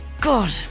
God